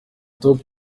top